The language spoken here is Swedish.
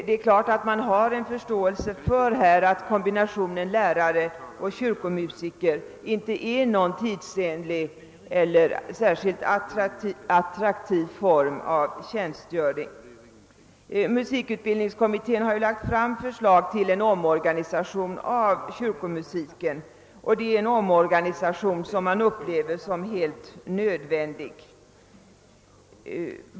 Det är klart att man har förståelse för att kombinationen lärarekyrkomusiker inte är någon tidsenlig eller särskilt attraktiv form av tjänstgöring. Musikutbildningskommittén har ju framlagt förslag till en omorganisation av kyrkomusiken, och den omorganisationen upplever man som helt nödvändig.